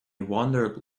wandered